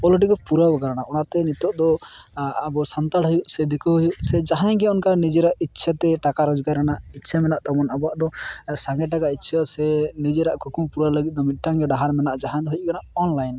already ᱜᱮ ᱯᱩᱨᱟᱹᱣ ᱟᱠᱟᱱᱟ ᱚᱱᱟ ᱚᱱᱟᱛᱮ ᱱᱤᱛᱚᱜ ᱫᱚ ᱟᱵᱚ ᱥᱟᱱᱛᱟᱲ ᱦᱩᱭᱩᱜ ᱥᱮ ᱫᱤᱠᱩᱭ ᱦᱩᱭᱩᱜ ᱥᱮ ᱡᱟᱦᱟᱸᱭᱜᱮ ᱚᱱᱠᱟ ᱱᱤᱡᱮᱨᱟᱜ ᱤᱪᱪᱷᱟᱛᱮ ᱴᱟᱠᱟ ᱨᱳᱡᱽᱜᱟᱨ ᱨᱮᱱᱟᱜ ᱤᱪᱪᱷᱟ ᱢᱮᱱᱟᱜ ᱛᱟᱵᱚᱱ ᱟᱵᱚᱣᱟᱜ ᱫᱚ ᱥᱟᱸᱜᱮ ᱴᱟᱠᱟ ᱤᱪᱪᱷᱟᱹ ᱥᱮ ᱱᱤᱡᱮᱨᱟᱜ ᱠᱩᱠᱢᱩ ᱯᱩᱨᱟᱹᱣ ᱞᱟᱹᱜᱤᱫ ᱫᱚ ᱢᱤᱫᱴᱟᱝᱜᱮ ᱰᱟᱦᱟᱨ ᱢᱮᱱᱟᱜᱼᱟ ᱡᱟᱦᱟᱸᱫᱚ ᱦᱩᱭᱩᱜ ᱠᱟᱱᱟ ᱚᱱᱞᱟᱭᱤᱱ